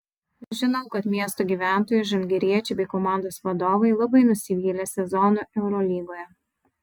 žinau kad miesto gyventojai žalgiriečiai bei komandos vadovai labai nusivylė sezonu eurolygoje